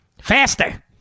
Faster